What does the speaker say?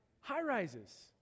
High-rises